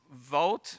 vote